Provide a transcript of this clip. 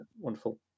wonderful